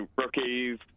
rookies